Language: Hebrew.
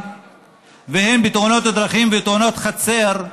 והן בתאונות הדרכים ותאונות החצר,